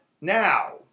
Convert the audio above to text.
Now